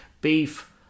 beef